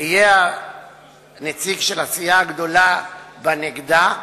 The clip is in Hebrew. יהיה הנציג של הסיעה הגדולה בנגדה,